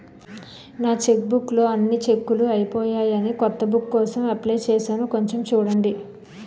నా చెక్బుక్ లో అన్ని చెక్కులూ అయిపోయాయని కొత్త బుక్ కోసం అప్లై చేసాను కొంచెం చూడండి